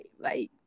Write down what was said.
bye